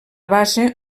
base